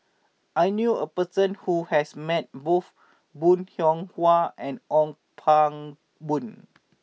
I knew a person who has met both Bong Hiong Hwa and Ong Pang Boon